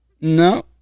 No